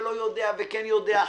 ולא יודע וכן יודע,